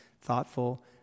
thoughtful